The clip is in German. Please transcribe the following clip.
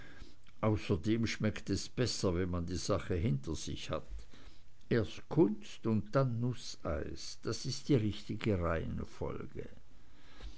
außerdem schmeckt es besser wenn man die sache hinter sich hat erst kunst und dann nußeis das ist die richtige reihenfolge